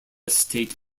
state